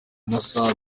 amasaha